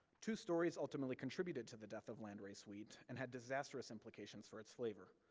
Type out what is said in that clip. two stories ultimately contributed to the death of landrace wheat, and had disastrous implications for its flavor.